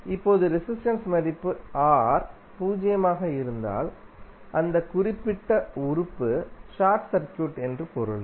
இப்போது ரெசிஸ்டென்ஸ் மதிப்பு R பூஜ்ஜியமாக இருந்தால் அந்த குறிப்பிட்ட உறுப்பு ஷார்ட் சர்க்யூட் என்று பொருள்